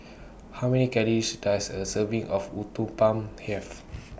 How Many Calories Does A Serving of Uthapam Have